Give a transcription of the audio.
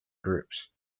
groups